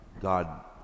God